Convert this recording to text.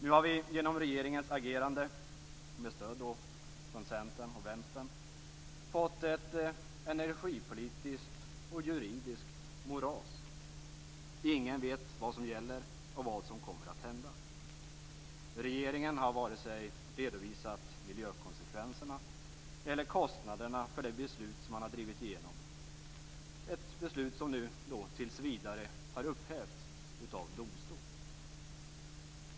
Nu har vi genom regeringens agerande, som fått stöd av Centern och Vänstern, fått ett energipolitiskt och juridiskt moras. Ingen vet vad som gäller och vad som kommer att hända. Regeringen har vare sig redovisat miljökonsekvenserna eller kostnaderna för det beslut som man har drivit igenom - ett beslut som nu tills vidare har upphävts av domstol.